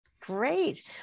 Great